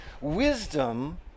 Wisdom